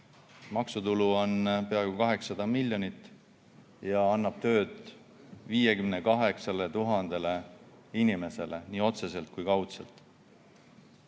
maksutulu on peaaegu 800 miljonit ja ta annab tööd 58 000 inimesele, nii otseselt kui ka kaudselt.